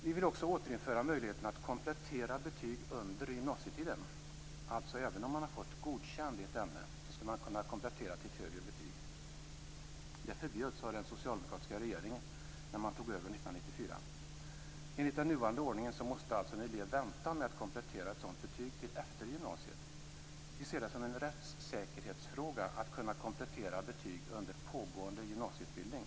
Vi vill också återinföra möjligheten att komplettera betyg under gymnasietiden, alltså även om man har fått godkänt i ett ämne så skall man kunna komplettera till ett högre betyg. Det förbjöds av den socialdemokratiska regeringen 1994. Enligt den nuvarande ordningen måste en elev vänta med att komplettera ett sådant betyg till efter gymnasiet. Vi ser det som en rättssäkerhetsfråga att kunna komplettera betyg under pågående gymnasieutbildning.